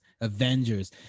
Avengers